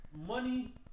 money